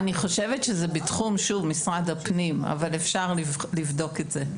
אני חושבת שזה בתחום משרד הפנים אבל אפשר לבדוק את זה.